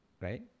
right